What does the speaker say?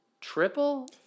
triple